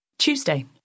Tuesday